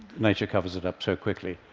nature covers it up so quickly.